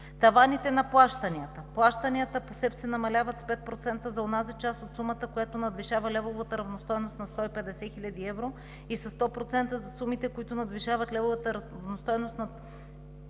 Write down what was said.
Таваните на плащанията – плащанията по СЕПП се намаляват с 5% за онази част от сумата, която надвишава левовата равностойност на 150 хил. евро, и със 100% за сумите, които надвишават левовата равностойност на